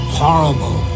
horrible